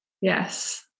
Yes